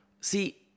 see